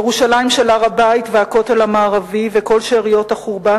ירושלים של הר-הבית והכותל המערבי וכל שאריות החורבן,